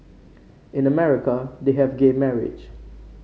in America they have gay marriage